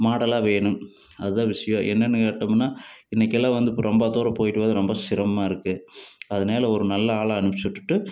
மாடலாக வேணும் அதுதான் விஷியம் என்னென்னு கேட்டோம்னால் இன்றைக்கிலாம் வந்து ரொம்ப தூரம் போயிட்டு வரது ரொம்ப சிரமமாக இருக்குது அதனால ஒரு நல்ல ஆளாக அனுப்பித்து விட்டுவிட்டு